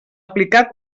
aplicar